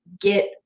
get